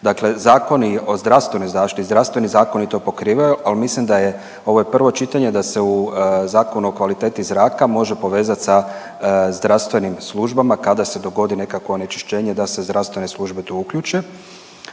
Dakle, zakoni o zdravstvenoj zaštiti, zdravstveni zakoni to pokrivaju, ali mislim da je, ovo je prvo čitanje da se u Zakon o kvaliteti zraka može povezati sa zdravstvenim službama kada se dogodi nekakvo onečišćenje da se zdravstvene službe tu uključe.